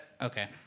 Okay